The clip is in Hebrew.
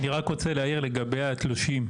אני רק רוצה להעיר לגבי התלושים.